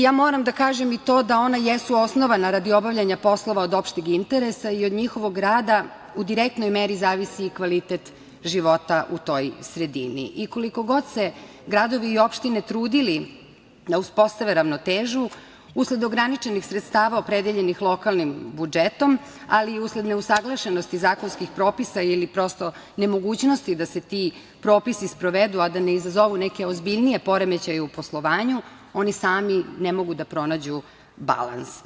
Ja moram da kažem i to da ona jesu osnovana radi obavljanja poslova od opšteg interesa i od njihovog rada u direktnoj meri zavisi i kvalitet života u toj sredini i koliko god se gradovi i opštine trudili da uspostave ravnotežu, usled ograničenih sredstava opredeljenih lokalnim budžetom, ali i usled neusaglašenosti zakonskih propisa ili, prosto, nemogućnosti da se ti propisi sprovedu a da ne izazovu neke ozbiljnije poremećaje u poslovanju, oni sami ne mogu da pronađu balans.